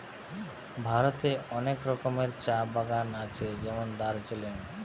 ভারতে অনেক রকমের চা বাগান আছে যেমন দার্জিলিং